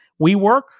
WeWork